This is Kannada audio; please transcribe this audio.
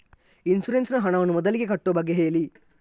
ಇನ್ಸೂರೆನ್ಸ್ ನ ಹಣವನ್ನು ಮೊದಲಿಗೆ ಕಟ್ಟುವ ಬಗ್ಗೆ ಹೇಳಿ